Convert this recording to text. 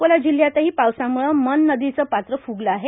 अकोला जिल्ह्यातही पावसाम्ळे मन नदीचं पात्र फ्गलं आहे